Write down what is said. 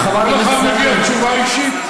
לכל אחד מגיעה תשובה אישית.